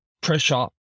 pressure